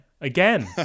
Again